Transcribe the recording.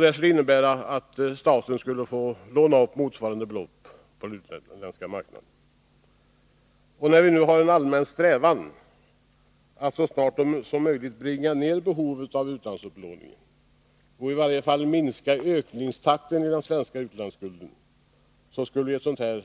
Det skulle innebära att staten skulle få låna upp motsvarande belopp på den utländska marknaden. När vi nu har en allmän strävan att så snart som möjligt bringa ner behoven av utlandsupplåning, eller i varje fall minska ökningstakten i den svenska utlandsskulden, skulle ett sådant här